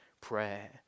prayer